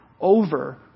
over